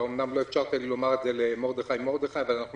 אתה אמנם לא אפשרת לי לומר את זה למרדכי מרדכי אבל אנחנו